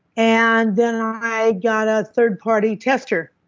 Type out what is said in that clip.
and then, i got ah a third party tester